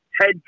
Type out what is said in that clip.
head